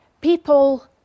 people